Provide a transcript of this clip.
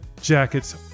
jackets